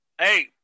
hey